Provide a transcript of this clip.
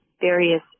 various